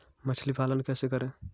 मछली पालन कैसे करें?